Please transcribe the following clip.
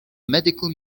medical